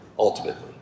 ultimately